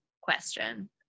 question